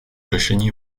řešení